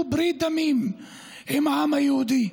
להכניס בתודעה של האזרח היהודי: